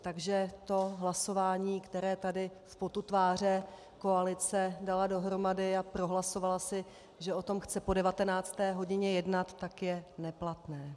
Takže hlasování, které tady v potu tváře koalice dala dohromady a prohlasovala si, že o tom chce po 19. hodině jednat, je neplatné.